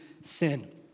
sin